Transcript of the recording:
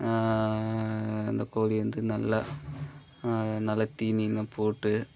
அந்தக் கோழிய வந்து நல்லா நல்லா தீனிலாம் போட்டு